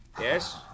Yes